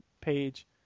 page